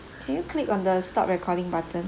can you click on the stop recording button